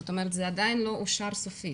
זאת אומרת, זה עדיין לא אושר סופית.